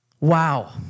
Wow